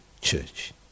church